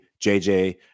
JJ